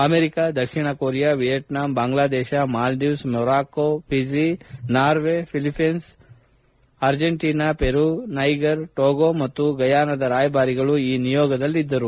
America ದಕ್ಷಿಣ Korea ವಿಯಟ್ನಾಂಬಾಂಗ್ಲಾದೇಶ Maldives ಮೊರಾಕ್ಕೋ Fiji Norway Philippines Argentina ಪೆರು Niger ಟೋಗೋ ಮತ್ತು ಗಯಾನಾದ ರಾಯಭಾರಿಗಳು ಈ ನಿಯೋಗದಲ್ಲಿದ್ದರು